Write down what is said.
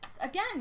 again